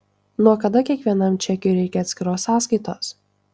nuo kada kiekvienam čekiui reikia atskiros sąskaitos